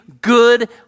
good